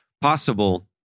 possible